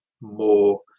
more